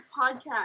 podcast